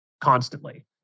constantly